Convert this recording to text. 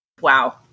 wow